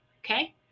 Okay